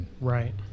Right